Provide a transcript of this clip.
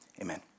Amen